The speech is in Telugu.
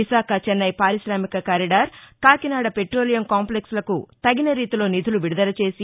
విశాఖ చెన్నై పారికామిక కారిడర్ కాకినాడ పెట్రోలియం కాంప్లెక్స్లకు తగిన రీతిలో నిధులు విడుదల చేసి